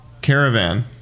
Caravan